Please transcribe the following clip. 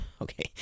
Okay